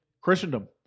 Christendom